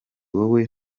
wowe